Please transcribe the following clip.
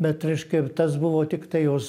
bet reiškia ir tas buvo tiktai jos